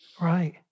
Right